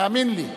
תאמין לי,